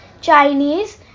Chinese